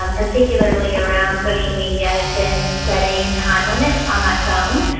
um particularly around social media, has been setting time limits on my phone.